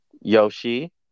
Yoshi